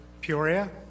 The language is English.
Peoria